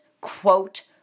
quote